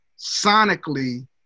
Sonically